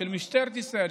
של משטרת ישראל,